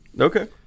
okay